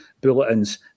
bulletins